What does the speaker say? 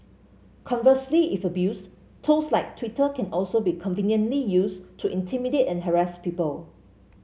conversely if abused tools like Twitter can also be conveniently used to intimidate and harass people